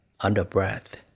under-breath